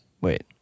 Wait